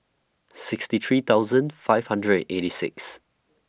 sixty three thousand five hundred and eighty six